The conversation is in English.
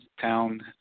town